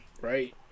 right